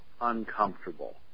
uncomfortable